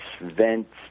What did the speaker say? vents